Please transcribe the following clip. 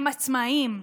הם עצמאיים,